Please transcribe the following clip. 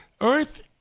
Earth